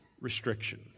restriction